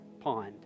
pond